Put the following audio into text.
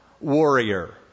warrior